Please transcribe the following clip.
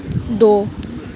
दो